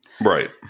Right